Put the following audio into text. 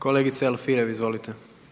**Jandroković, Gordan